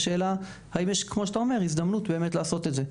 השאלה האם יש הזדמנות לעשות את זה.